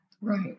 right